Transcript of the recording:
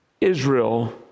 Israel